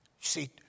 See